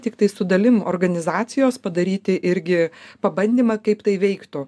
tiktai su dalim organizacijos padaryti irgi pabandymą kaip tai veiktų